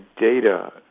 data